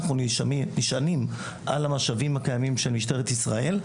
אנחנו נשענים על המשאבים הקיימים של משטרת ישראל.